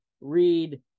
read